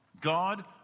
God